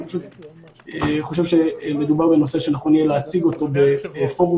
אני פשוט חושב שמדובר בנושא שנציג אותו בפורום